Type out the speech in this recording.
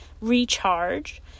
recharge